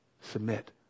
submit